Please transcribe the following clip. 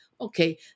okay